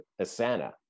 Asana